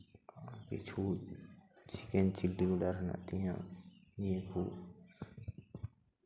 ᱠᱤᱪᱷᱩ chicken chilli order ᱦᱮᱱᱟᱜ ᱛᱤᱧᱟᱹ ᱱᱤᱭᱟᱹ ᱠᱚ